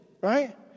right